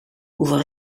hoeveel